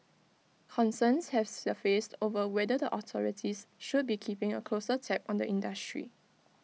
concerns have surfaced over whether the authorities should be keeping A closer tab on the industry